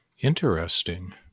Interesting